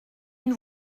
une